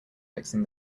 fixing